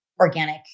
Organic